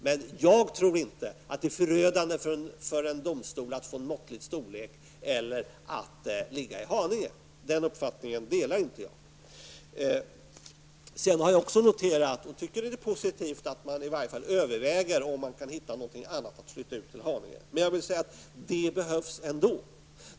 Jag tror dock inte att det är förödande för en domstol att ha en måttlig storlek eller att ligga i Haninge. Den uppfattningen delar inte jag. Jag har också noterat, och tycker att det är positivt, att man i varje fall överväger om man kan hitta någon annan myndighet att flytta ut till Haninge. Men det behövs ändå.